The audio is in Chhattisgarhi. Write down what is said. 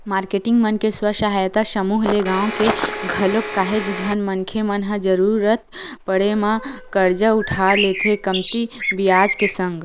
मारकेटिंग मन के स्व सहायता समूह ले गाँव के घलोक काहेच झन मनखे मन ह जरुरत पड़े म करजा उठा लेथे कमती बियाज के संग